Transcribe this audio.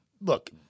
Look